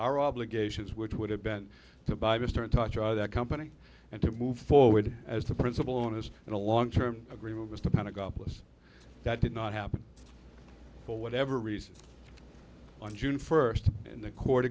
our obligations which would have been to buy mr and touch on that company and to move forward as the principal on this in a long term agreement with the pentagon was that did not happen for whatever reason on june first in the court